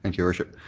and your worship.